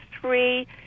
three